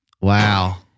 Wow